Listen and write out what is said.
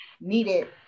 needed